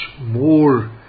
more